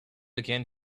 again